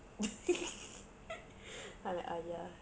I'm like !aiya!